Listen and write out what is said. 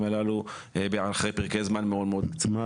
הללו אחרי פרקי זמן מאוד מאוד קצרים.